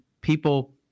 people